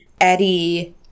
Eddie